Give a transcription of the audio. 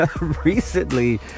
Recently